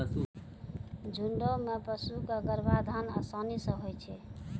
झुंड म पशु क गर्भाधान आसानी सें होय छै